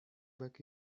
beg